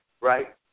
right